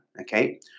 Okay